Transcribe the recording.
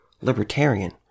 libertarian